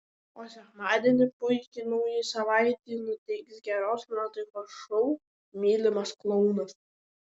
o sekmadienį puikiai naujai savaitei nuteiks geros nuotaikos šou mylimas klounas